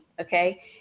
Okay